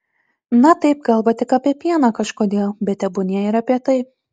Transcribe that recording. na taip kalba tik apie pieną kažkodėl bet tebūnie ir apie tai